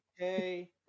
Okay